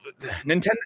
Nintendo